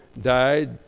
died